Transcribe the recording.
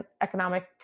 economic